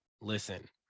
listen